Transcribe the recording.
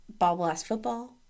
ballblastfootball